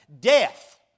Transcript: Death